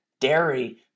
dairy